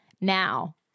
now